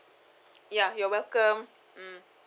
ya you're welcome mm